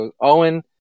Owen